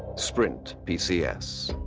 sprint pcs.